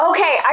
Okay